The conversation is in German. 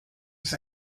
ist